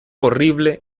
horrible